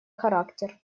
характер